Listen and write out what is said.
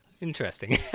interesting